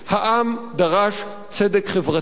העם דרש צדק חברתי,